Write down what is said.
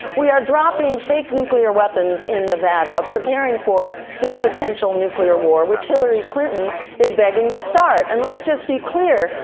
we are dropping fake nuclear weapons in nevada, pairing for this potential nuclear war, which hillary clinton is begging to start. and let's just be clear,